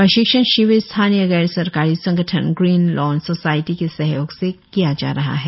प्रशिक्षण शिविर स्थानीय गैर सरकारी संगठन ग्रीन लॉन सोसायटी के सहयोग से किया जा रहा है